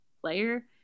player